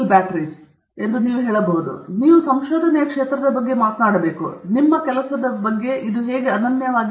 ಆದ್ದರಿಂದ ನೀವು ಸಂಶೋಧನೆಯ ಕ್ಷೇತ್ರದ ಬಗ್ಗೆ ಮಾತನಾಡಬೇಕು ಮತ್ತು ನಿಮ್ಮ ಕೆಲಸದ ಬಗ್ಗೆ ಅನನ್ಯವಾಗಿದೆ